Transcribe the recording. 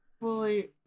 fully